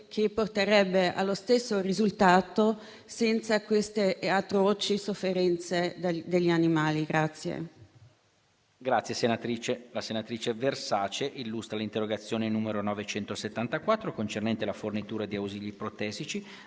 che porterebbe allo stesso risultato senza arrecare atroci sofferenze agli animali.